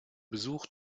besuch